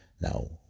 Now